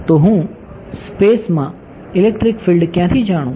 તો હું સ્પેસમાં ઇલેક્ટ્રિક ફિલ્ડ ક્યાંથી જાણું